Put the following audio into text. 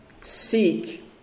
Seek